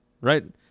right